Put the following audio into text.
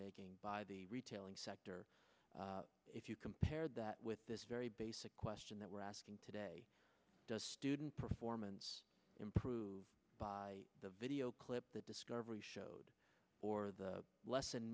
making by the retailing sector if you compare that with this very basic question that we're asking today does student performance improve by the video clip that discovery showed or the lesson